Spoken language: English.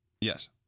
Yes